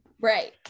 right